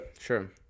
sure